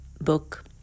book